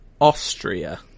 Austria